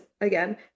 again